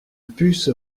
puce